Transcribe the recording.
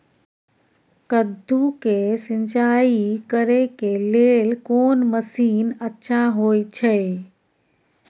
कद्दू के सिंचाई करे के लेल कोन मसीन अच्छा होय छै?